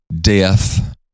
death